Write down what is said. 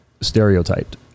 stereotyped